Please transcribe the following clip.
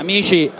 Amici